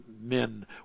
men